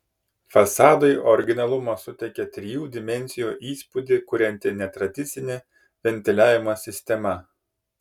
fasadui originalumo suteikia trijų dimensijų įspūdį kurianti netradicinė ventiliavimo sistema